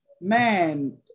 man